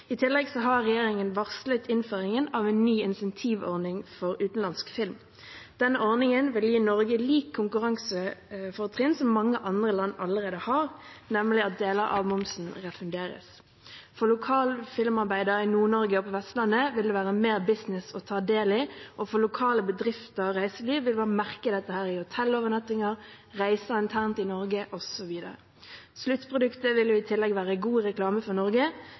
I tillegg har regjeringen varslet innføring av en ny incentivordning for utenlandsk film. Denne ordningen vil gi Norge konkurransefortrinn på linje med det som mange andre land allerede har, nemlig at deler av momsen refunderes. For lokale filmarbeidere i Nord-Norge og på Vestlandet vil det være mer business å ta del i den, og lokale bedrifter og reiseliv vil merke dette på hotellovernattinger, reiser internt i Norge osv. Sluttproduktet vil i tillegg være god reklame for Norge